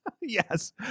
Yes